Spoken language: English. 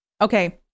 Okay